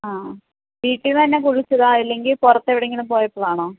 ആ വീട്ടിൽ നിന്ന് തന്നെ കുളിച്ചതാ അല്ലെങ്കിൽ പുറത്തെവിടെയെങ്കിലും പോയപ്പോഴാണോ